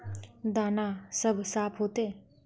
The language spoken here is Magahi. दाना सब साफ होते?